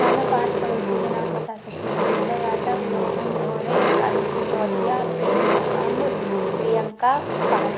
हाँ मैं पाँच पड़ोसियों के नाम बता सकती हूँ गिरजा जाटव रोहन धोरे अनुप सिसौदिया प्रेरणा अम्ब प्रियंका पाल